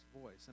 voice